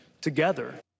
together